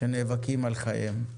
שנאבקים על חייהם.